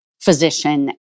physician